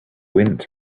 wind